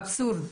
אבסורד,